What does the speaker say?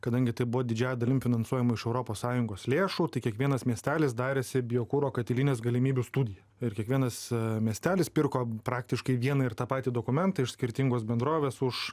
kadangi tai buvo didžiąja dalim finansuojama iš europos sąjungos lėšų tai kiekvienas miestelis darėsi biokuro katilinės galimybių studiją ir kiekvienas miestelis pirko praktiškai vieną ir tą patį dokumentą iš skirtingos bendrovės už